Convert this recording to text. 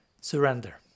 surrender